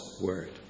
word